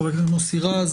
חבר הכנסת מוסי רז.